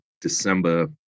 December